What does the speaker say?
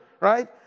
right